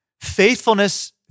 Faithfulness